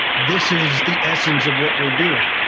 this is the essence of what we're doing.